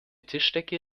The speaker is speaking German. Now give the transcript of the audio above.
tischdecke